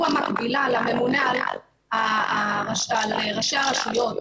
שהוא המקבילה לממונה על ראשי הרשויות,